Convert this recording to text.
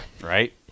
Right